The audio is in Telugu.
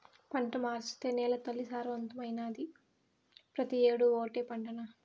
పంట మార్సేత్తే నేలతల్లి సారవంతమైతాది, పెతీ ఏడూ ఓటే పంటనా